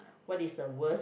what is the worst